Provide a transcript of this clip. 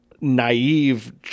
naive